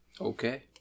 Okay